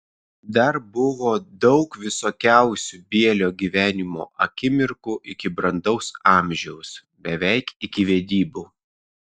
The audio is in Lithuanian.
dar buvo daug visokiausių bielio gyvenimo akimirkų iki brandaus amžiaus beveik iki vedybų